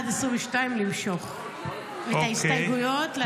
21 ו-22, למשוך את ההסתייגויות.